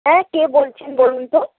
হ্যাঁ কে বলছেন বলুন তো